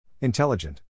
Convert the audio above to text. Intelligent